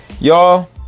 Y'all